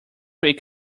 week